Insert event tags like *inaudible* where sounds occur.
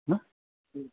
என்ன *unintelligible*